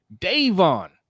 Davon